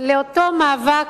לאותו מאבק,